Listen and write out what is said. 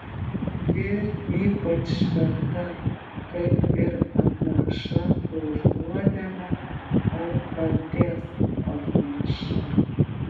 ji ypač šventa kaip ir atnaša už nuodėmę ar kaltės atnaša